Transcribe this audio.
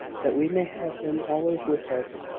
that we may have him always with us.